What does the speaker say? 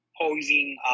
posing